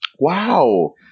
Wow